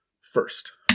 first